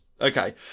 okay